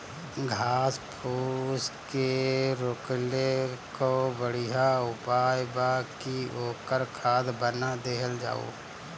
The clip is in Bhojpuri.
घास फूस के रोकले कअ बढ़िया उपाय बा कि ओकर खाद बना देहल जाओ